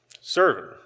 Servant